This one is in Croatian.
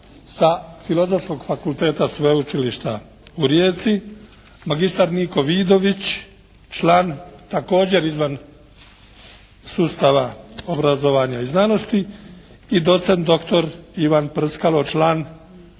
sa Filozofskog fakulteta Sveučilišta u Rijeci, magistar Niko Vidović član također izvan sustava obrazovanja i znanosti i docent doktor Ivan Prskalo član koji